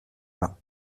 bains